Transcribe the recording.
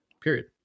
period